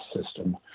system